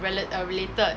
relat~ err related